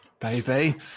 Baby